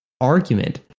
argument